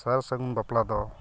ᱥᱟᱨᱥᱟᱹᱜᱩᱱ ᱵᱟᱯᱞᱟ ᱫᱚ